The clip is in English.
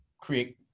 create